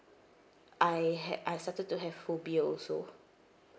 I had I started to have phobia also